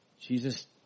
Jesus